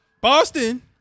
Boston